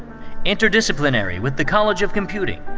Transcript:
interdisciplinary with the college of computing,